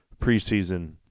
preseason